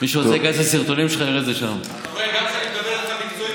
אתה לא צריך, אני רואה